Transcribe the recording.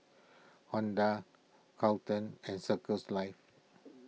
Honda Carlton and Circles Life